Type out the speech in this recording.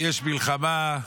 יש מלחמה,